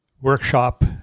workshop